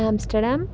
Amsterdam